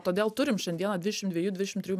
todėl turim šiandieną dvidešim dviejų dvidešim trijų